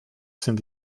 sind